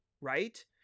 right